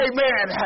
Amen